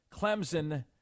Clemson